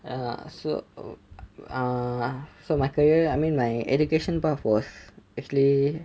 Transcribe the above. err so err so my career I mean my education path was actually